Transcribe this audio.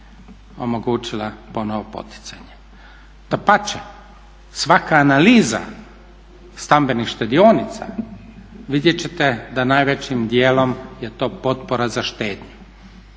omogućila ponovo poticanje. Dapače, svaka analiza stambenih štedionica vidjet ćete da najvećim dijelom je to potpora za štednju,